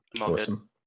Awesome